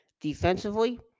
Defensively